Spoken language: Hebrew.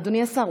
אדוני השר,